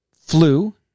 flu